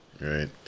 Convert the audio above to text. Right